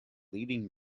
leading